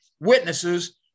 witnesses